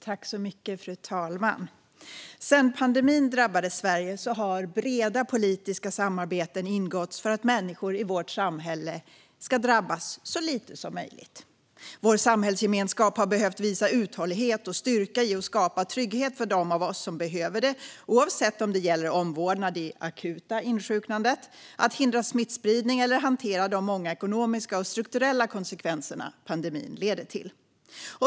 Fru talman! Sedan pandemin drabbade Sverige har breda politiska samarbeten ingåtts för att människor i vårt samhälle ska drabbas så lite som möjligt. Vår samhällsgemenenskap har behövt visa uthållighet och styrka i att skapa trygghet för dem av oss som behöver det, oavsett om det gäller att få omvårdnad i det akuta insjuknandet, att hindra smittspridning eller att hantera de många ekonomiska och strukturella konsekvenser pandemin leder till.